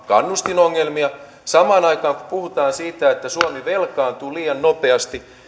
kannustin ongelmia niin puhutaan siitä että suomi velkaantuu liian nopeasti